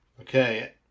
Okay